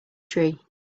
tree